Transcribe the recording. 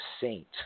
saint